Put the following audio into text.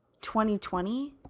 2020